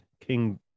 King